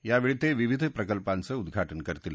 यावेळी ते विविध प्रकल्पांचं उद्घाटन करतील